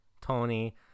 Tony